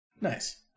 Nice